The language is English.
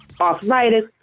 arthritis